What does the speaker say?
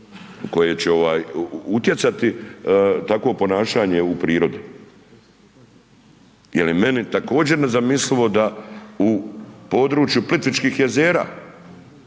koje će utjecati takvo ponašanje u prirodi jel i meni također nezamislivo da u području Plitvičkih jezera